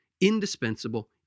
indispensable